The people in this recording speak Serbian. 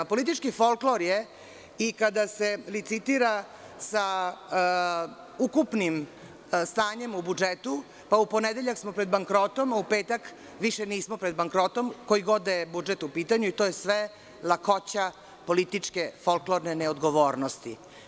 Politički folklor je i kada se licitira sa ukupnim stanjem u budžetu, pa u ponedeljak smo pred bankrotom a u petak više nismo, koji god da je budžet u pitanju, i to je sve lakoća političke folklorne neodgovornosti.